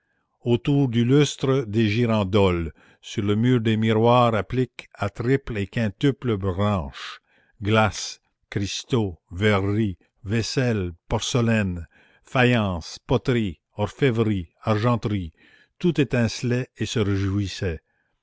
autour du lustre des girandoles sur le mur des miroirs appliques à triples et quintuples branches glaces cristaux verreries vaisselles porcelaines faïences poteries orfèvreries argenteries tout étincelait et se réjouissait